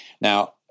Now